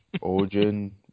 Origin